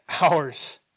hours